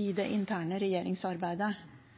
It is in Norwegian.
i det interne regjeringsarbeidet.